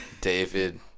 David